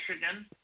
Michigan